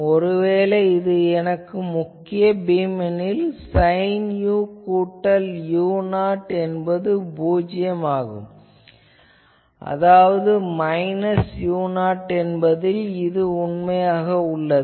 ஒருவேளை இது எனது முக்கிய பீம் எனில் சைன் u கூட்டல் u0 என்பது பூஜ்யம் ஆகும் அதாவது மைனஸ் u0 என்பதில் இது உண்மையாகும்